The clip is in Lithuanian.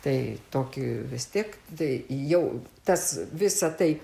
tai tokį vis tiek tai jau tas visa tai